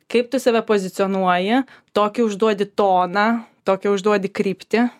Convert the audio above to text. kaip tu save pozicionuoji tokį užduoti toną tokią užduotį kryptį